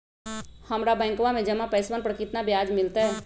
हम्मरा बैंकवा में जमा पैसवन पर कितना ब्याज मिलतय?